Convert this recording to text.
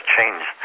changed